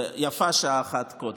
ויפה שעה אחת קודם.